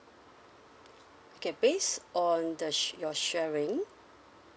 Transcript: okay based on the sh~ your sharing